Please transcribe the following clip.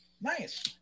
Nice